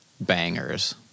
bangers